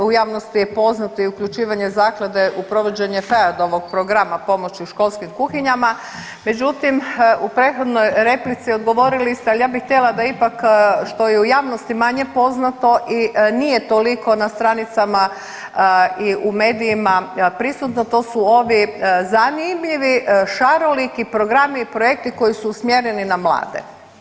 U javnosti je poznato i uključivanje zaklade u provođenje FEAD-ovog programa pomoći u školskim kuhinjama, međutim u prethodnoj replici odgovorili ste, ali ja bih htjela da ipak što je u javnosti manje poznato i nije toliko na stranicama i u medijima prisutno to su ovi zanimljivi šaroliki programi i projekti koji su usmjereni na mlade.